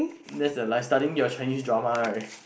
that's the life studying your Chinese drama right